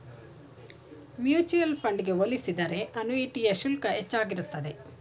mutual fund ಗೆ ಹೋಲಿಸಿದರೆ ಅನುಯಿಟಿಯ ಶುಲ್ಕ ಹೆಚ್ಚಾಗಿರುತ್ತದೆ